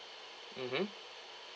mmhmm